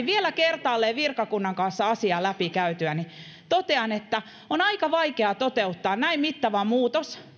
vielä kertaalleen aika tarkasti virkakunnan kanssa asiaa läpi käytyäni totean että on aika vaikeaa toteuttaa näin mittava muutos